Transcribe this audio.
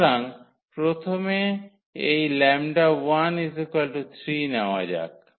সুতরাং প্রথমে এই 𝜆1 3 নেওয়া যাক